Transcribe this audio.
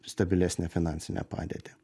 stabilesnę finansinę padėtį